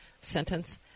sentence